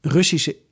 Russische